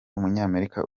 umunyamerika